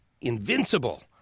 invincible